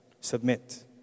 Submit